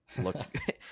looked